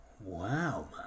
Wow